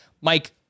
Mike